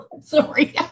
Sorry